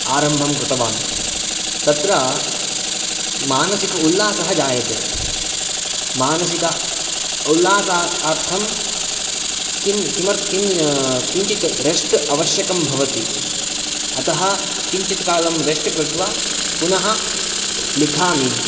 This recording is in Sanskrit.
आरम्भं कृतवान् तत्र मानसिक उल्लासः जायते मानसिक उल्लासा अर्थं किं किम किञ्चित् रेस्ट् आवश्यकं भवति अतः किञ्चित् कालं रेस्ट् कृत्वा पुनः लिखामि